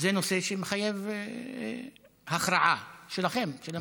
זה נושא שמחייב הכרעה שלכם, של המשטרה.